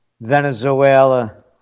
Venezuela